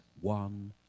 one